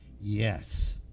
Yes